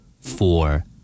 Four